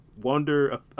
wonder